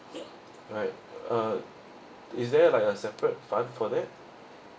right uh is there like a separate fund for that